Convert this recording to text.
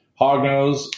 hognose